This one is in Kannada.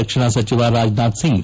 ರಕ್ಷಣಾ ಸಚಿವ ರಾಜನಾಥ್ಸಿಂಗ್